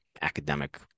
academic